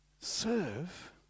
serve